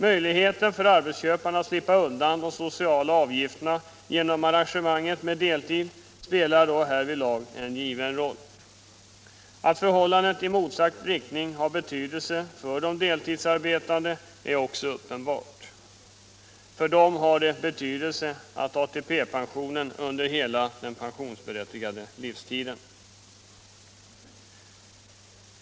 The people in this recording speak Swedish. Möjligheten för ar — sidoinkomster för betsköparna att slippa undan de sociala avgifterna genom arrangemanget = person med partiell med deltid spelar härvidlag en given roll. Att förhållandet i motsatt rikt — förtidspension, ning har betydelse för de deltidsarbetande är också uppenbart. För dem = Mm.m. har det betydelse för ATP-pensionen under hela den pensionsberättigade livstiden.